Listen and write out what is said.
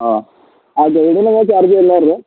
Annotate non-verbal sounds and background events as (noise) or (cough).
അ (unintelligible)